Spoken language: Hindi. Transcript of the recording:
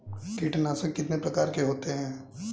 कीटनाशक कितने प्रकार के होते हैं?